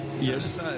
Yes